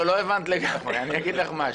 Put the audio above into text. לא, לא הבנת לגמרי, אני אגיד לך משהו.